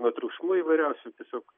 nuo triukšmų įvairiausių tiesiog